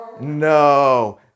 No